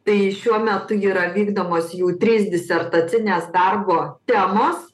tai šiuo metu yra vykdomos jų trys disertacinės darbo temos